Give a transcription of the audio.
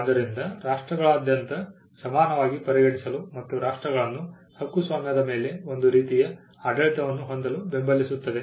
ಆದ್ದರಿಂದ ರಾಷ್ಟ್ರಗಳಾದ್ಯಂತ ಸಮಾನವಾಗಿ ಪರಿಗಣಿಸಲು ಮತ್ತು ರಾಷ್ಟ್ರಗಳನ್ನು ಹಕ್ಕುಸ್ವಾಮ್ಯದ ಮೇಲೆ ಒಂದೇ ರೀತಿಯ ಆಡಳಿತವನ್ನು ಹೊಂದಲು ಬೆಂಬಲಿಸುತ್ತದೆ